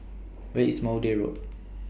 Where IS Maude Road